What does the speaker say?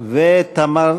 ותמר